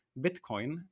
bitcoin